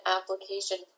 application